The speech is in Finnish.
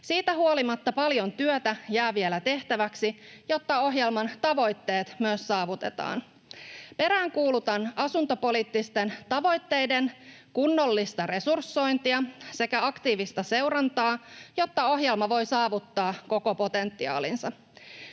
Siitä huolimatta paljon työtä jää vielä tehtäväksi, jotta ohjelman tavoitteet myös saavutetaan. Peräänkuulutan asuntopoliittisten tavoitteiden kunnollista resursointia sekä aktiivista seurantaa, jotta ohjelma voi saavuttaa koko potentiaalinsa.